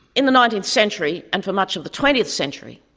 in the nineteenth century and for much of the twentieth century,